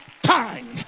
time